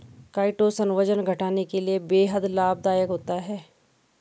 chitosan वजन घटाने के लिए बेहद लाभदायक होता है